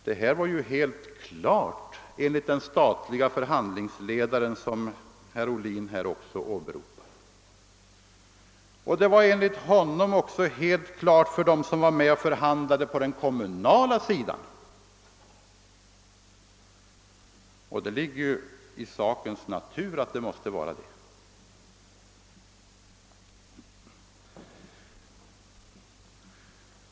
Detta var helt klart enligt den statliga förhandlingsledaren, som herr Ohlin också åberopar, och det var enligt honom också helt klart för dem som var med och förhandlade på den kommunala sidan. Det ligger också i sakens natur att det måste vara så.